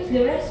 mm